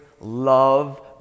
love